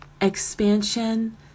expansion